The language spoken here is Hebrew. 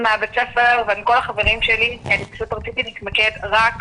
מבית הספר ומכל החברים שלי, פשוט רציתי להתמקד רק